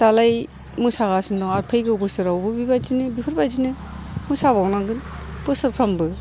दालाय मोसागासिनो दं आरो फैगौ बोसोरावबो बेबायदिनो बेफोरबायदिनो मोसाबावनांगोन बोसोरफ्रोमबो